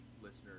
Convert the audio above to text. listeners